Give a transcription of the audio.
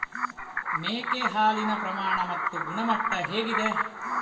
ಮೇಕೆ ಹಾಲಿನ ಪ್ರಮಾಣ ಮತ್ತು ಗುಣಮಟ್ಟ ಹೇಗಿದೆ?